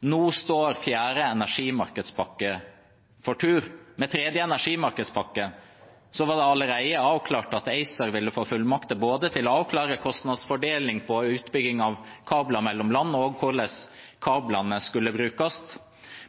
Nå står fjerde energimarkedspakke for tur. Med tredje energimarkedspakke var det allerede avklart at ACER ville få fullmakter til både å avklare kostnadsfordeling på utbygging av kabler mellom land, og også hvordan kablene skulle brukes.